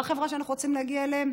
זו החברה שאנחנו רוצים להגיע אליה?